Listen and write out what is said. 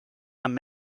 amb